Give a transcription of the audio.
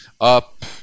up